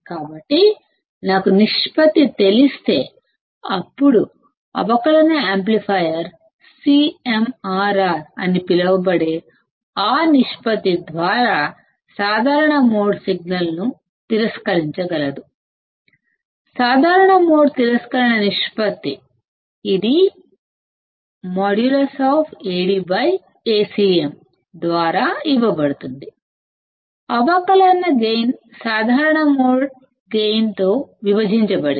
కాబట్టి నాకు రేషియో తెలిస్తే అప్పుడు అవకలన యాంప్లిఫైయర్ CMRR అని పిలువబడే ఆ రేషియో ద్వారా కామన్ మోడ్ సిగ్నల్ను తిరస్కరించగలదు కామన్ మోడ్ తిరస్కరణ రేషియో ఇది |AdAcm| ద్వారా ఇవ్వబడుతుంది అవకలన గైన్ కామన్ మోడ్ గైన్ తో విభజించబడింది